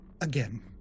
Again